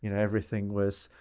you know everything was,